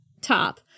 top